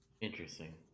Interesting